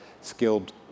skilled